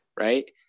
right